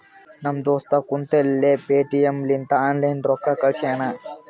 ನಮ್ ದೋಸ್ತ ಕುಂತಲ್ಲೇ ಪೇಟಿಎಂ ಲಿಂತ ಆನ್ಲೈನ್ ರೊಕ್ಕಾ ಕಳ್ಶ್ಯಾನ